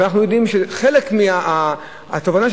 חלק מהתובנה,